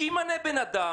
שימנה אדם,